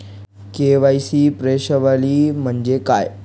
KYC प्रश्नावली म्हणजे काय?